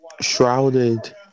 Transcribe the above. shrouded